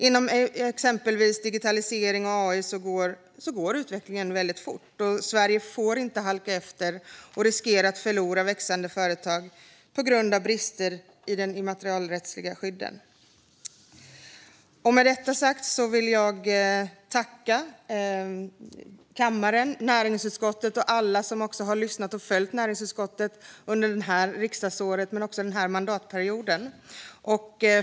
Inom exempelvis digitalisering och AI går utvecklingen väldigt fort, och Sverige får inte halka efter och riskera att förlora växande företag på grund av brister i de immaterialrättsliga skydden. Med detta sagt vill jag tacka kammaren, näringsutskottet och alla som har lyssnat på debatten och följt näringsutskottet under det här riksdagsåret och den här mandatperioden.